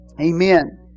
Amen